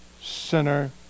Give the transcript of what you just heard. sinner